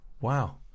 wow